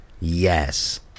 Yes